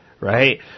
Right